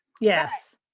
Yes